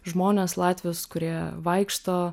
žmones latvijos kurie vaikšto